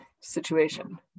situation